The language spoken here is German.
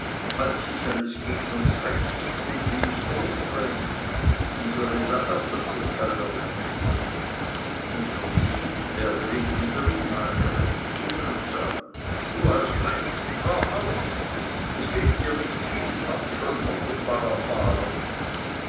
als sie seines gegners rechtskundius vorträgt und höre dann auf das urteil der menschen unter zehn werden ihm wiederum neune recht geben und sagen du hast recht fahr aus es fehlt dir nicht habs schon hundertmal erfahren